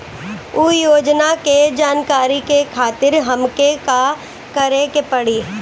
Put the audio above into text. उ योजना के जानकारी के खातिर हमके का करे के पड़ी?